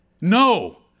No